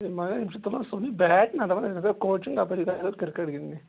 مگر یِم چھِ تُلان سیٚودُے بیگ نا دَپان أسی گژھو کوچِنٛگ اَپٲری گژھو أسی کِرکَٹ گِنٛدٕنہِ